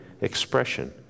expression